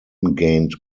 gained